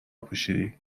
پوشیدی